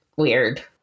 Weird